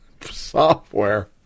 software